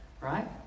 right